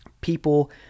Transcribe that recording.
people